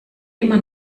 immer